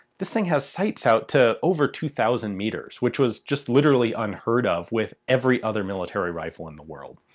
this thing has sights out to over two thousand metres, which was just literally unheard of with every other military rifle in the world.